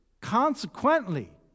Consequently